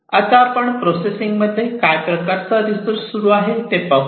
आता आपण प्रोसेसिंग मध्ये काय प्रकारचा रिसर्च सुरू आहे ते पाहू